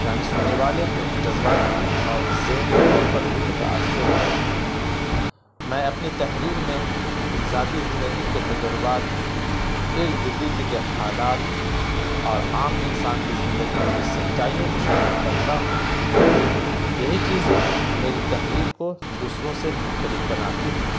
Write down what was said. یعنی سننے والے کو جذباتی اور ذہنی طور پر بھی متاثر کرے میں اپنی تحریر میں اپنی ذاتی زندگی کے تجربات ارد گرد کے حالات اور عام انسان کی زندگی کی سچائیوں کو شامل کرتا ہوں یہی چیزیں میری تحریر کو دوسروں سے مختلف بناتی ہیں